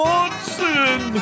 Watson